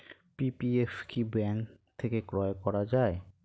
PPF কি bank থেকে ক্রয় করা যায়?